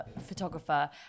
photographer